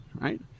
right